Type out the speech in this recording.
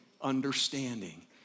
understanding